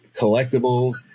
collectibles